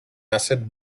acid